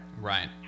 Right